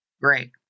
great